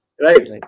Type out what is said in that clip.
Right